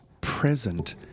present